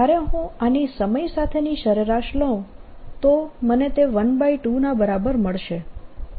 જ્યારે હું આની સમય સાથેની સરેરાશ લઉં તો મને તે 12 ના બરાબર મળશે